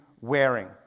wearing